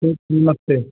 ठीक नमस्ते